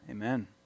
Amen